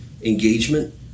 engagement